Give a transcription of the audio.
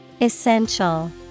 Essential